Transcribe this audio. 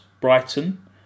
Brighton